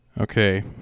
Okay